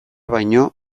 baino